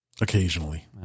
Occasionally